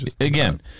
Again